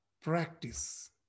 practice